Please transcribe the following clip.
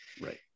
right